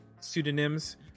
Pseudonyms